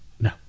No